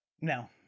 no